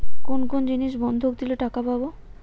কোন কোন জিনিস বন্ধক দিলে টাকা পাব?